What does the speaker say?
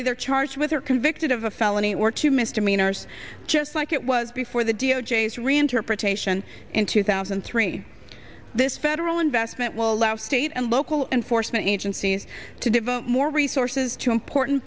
either charged with or convicted of a felony or two misdemeanors just like it was before the d o j s reinterpretation in two thousand and three this federal investment will allow state and local enforcement agencies to devote more resources to important